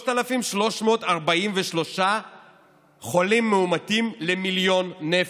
3,343 חולים מאומתים למיליון נפש.